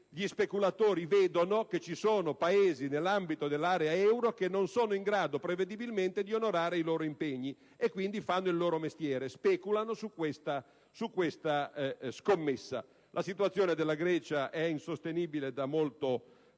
questi ultimi vedono che ci sono Paesi nell'ambito dell'area euro che non sono in grado prevedibilmente di onorare i loro impegni e, quindi, fanno il loro mestiere: speculano su questa scommessa. La situazione della Grecia è insostenibile da molto